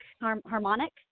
harmonic